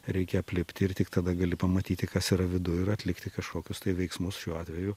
reikia aplipti ir tik tada gali pamatyti kas yra viduj ir atlikti kažkokius veiksmus šiuo atveju